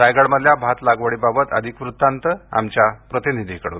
रायगडमधल्या भात लागवडीबाबत अधिक वृत्तांत आमच्या प्रतिनिधीकडून